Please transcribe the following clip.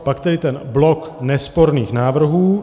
Pak tedy ten blok nesporných návrhů.